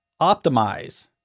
Optimize